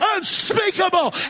Unspeakable